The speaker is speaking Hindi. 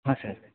हाँ सर